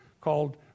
called